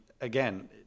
again